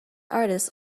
artist